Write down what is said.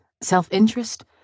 self-interest